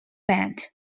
band